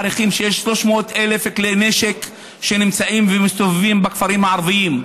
מעריכים שיש 300,000 כלי נשק שנמצאים ומסתובבים בכפרים הערביים.